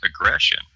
aggression